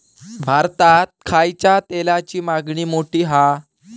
भारतात खायच्या तेलाची मागणी मोठी हा